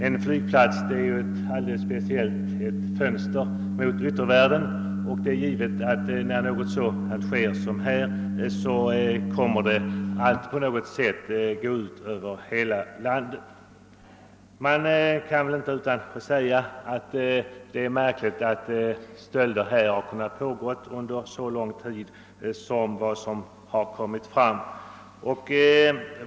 En flygplats är ju på ett särskilt sätt ett fönster mot yttervärlden, och sådant som det nu inträffade kommer att drabba hela landets anseende. Man kan inte undgå att finna det märkligt att stölder kunnat förekomma under så lång tid som synes ha varit fallet.